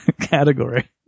category